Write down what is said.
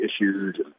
issues